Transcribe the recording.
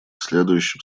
следующим